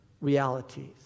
realities